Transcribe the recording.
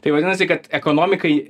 tai vadinasi kad ekonomikai